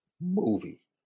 movie